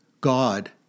God